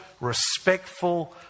respectful